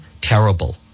terrible